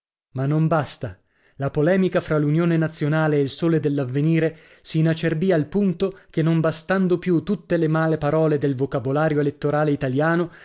ma non basta la polemica fra l'unione nazionale e il sole dell'avvenire sì inacerbì al punto che non bastando più tutte le male parole del vocabolario elettorale italiano